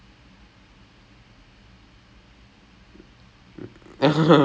throw then like பாக்க:pakkaa fucking throw one bounce லே:le then I'm like how is